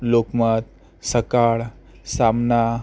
लोकमत सकाळ सामना